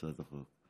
להצעת החוק.